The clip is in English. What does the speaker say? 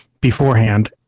beforehand